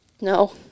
no